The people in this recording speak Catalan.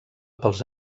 pels